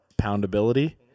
poundability